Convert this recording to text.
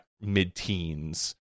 mid-teens